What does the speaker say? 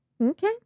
okay